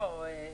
לא.